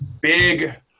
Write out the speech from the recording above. big